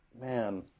Man